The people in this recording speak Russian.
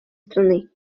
страны